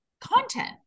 content